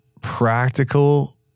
practical